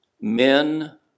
Men